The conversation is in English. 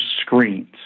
screens